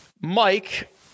Mike